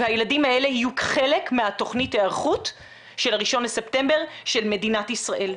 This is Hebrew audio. והילדים האלה יהיו חלק מתכנית ההיערכות של ה-1 בספטמבר של מדינת ישראל.